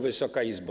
Wysoka Izbo!